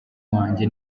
wanjye